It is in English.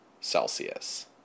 Celsius